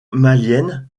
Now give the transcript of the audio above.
malienne